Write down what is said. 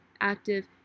active